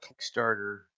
kickstarter